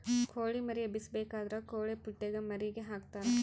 ಕೊಳಿ ಮರಿ ಎಬ್ಬಿಸಬೇಕಾದ್ರ ಕೊಳಿಪುಟ್ಟೆಗ ಮರಿಗೆ ಹಾಕ್ತರಾ